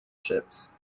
ships